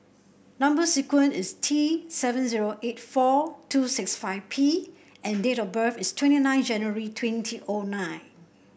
number sequence is T seven zero eight four two six five P and date of birth is twenty nine January twenty O nine